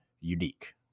unique